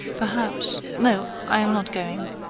perhaps no, i am not going.